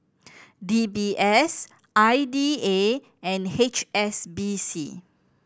D B S I D A and H S B C